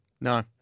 No